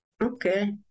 Okay